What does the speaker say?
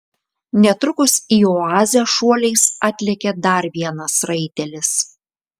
netrukus į oazę šuoliais atlėkė dar vienas raitelis